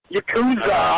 Yakuza